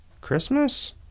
Christmas